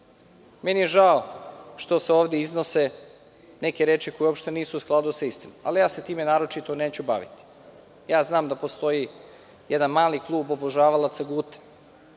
mi je što se ovde iznose neke reči koje uopšte nisu u skladu sa istinom, ali ja se time neću naročito baviti. Ja znam da postoji jedan mali krug obožavalaca Gute